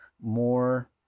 more